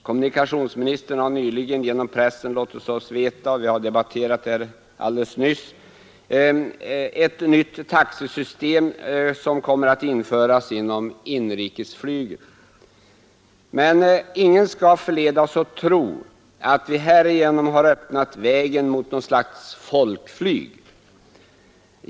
Kommunikationsministern har nyligen genom pressen låtit oss veta — och det har debatterats här alldeles nyss — att ett nytt taxesystem kommer att införas inom inrikesflyget. Ingen skall förledas tro, att vi härigenom har öppnat vägen mot något slags folkflyg.